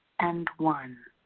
and one.